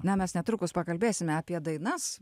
na mes netrukus pakalbėsime apie dainas